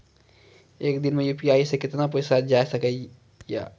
एक दिन मे यु.पी.आई से कितना पैसा जाय सके या?